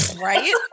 Right